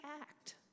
act